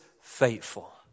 faithful